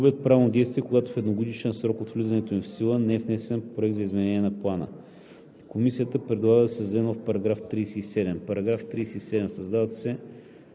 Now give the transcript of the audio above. губят правно действие, когато в едногодишен срок от влизането им в сила не е внесен проект за изменение на плана.“ Комисията предлага да се създаде нов § 37: „§ 37.